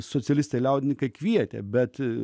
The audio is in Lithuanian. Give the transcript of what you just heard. socialistai liaudininkai kvietė bet